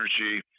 energy